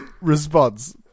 response